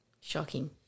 Shocking